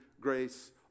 grace